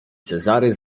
cezary